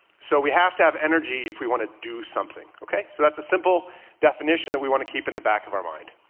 so we have to have energy if we want to do something. okay. so that's a simple definition that we want to keep in the back of our mind.